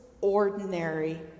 ordinary